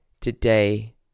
today